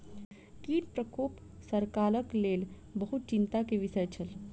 कीट प्रकोप सरकारक लेल बहुत चिंता के विषय छल